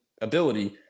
ability